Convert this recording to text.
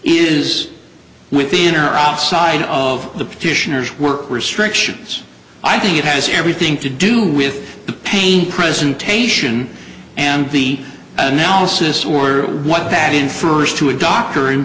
is within or outside of the petitioners were restrictions i think it has everything to do with the pain presentation and the analysis or what that infers to a doctor in